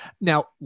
Now